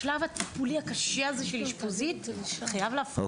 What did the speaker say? בשלב הטיפולי הקשה הזה של אשפוזית, חייב להפריד.